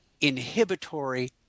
inhibitory